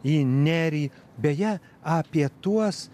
į nerį beje apie tuos